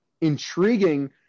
intriguing